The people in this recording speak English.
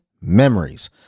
memories